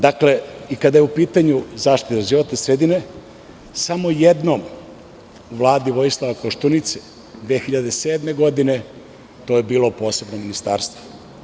Dakle, kada je u pitanju zaštita životne sredine, samo jednom u Vladi Vojislava Koštunice 2007. godine, to je bilo posebno ministarstvo.